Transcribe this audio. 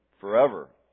forever